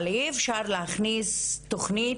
אבל אי אפשר להכניס תוכנית